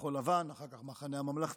בכחול לבן, אחר כך במחנה הממלכתי,